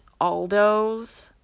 Aldo's